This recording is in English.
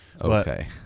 Okay